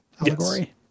allegory